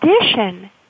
addition